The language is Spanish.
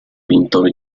pintor